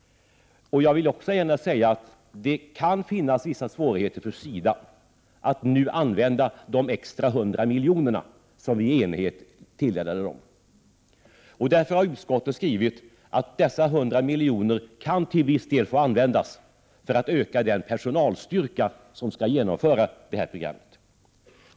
Jag vill också gärna säga att det kan finnas vissa svårigheter för SIDA att nu använda de extra 100 milj.kr. som vi i enighet tilldelar detta organ. Därför har utskottet skrivit att dessa 100 milj.kr. till viss del kan få användas för att öka den personalstyrka som skall genomföra programmet.